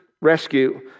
rescue